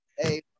Hey